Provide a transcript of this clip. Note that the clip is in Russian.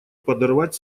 подорвать